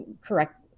correct